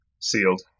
Sealed